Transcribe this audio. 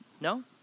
No